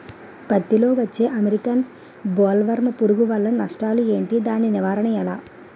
పత్తి లో వచ్చే అమెరికన్ బోల్వర్మ్ పురుగు వల్ల నష్టాలు ఏంటి? దాని నివారణ ఎలా?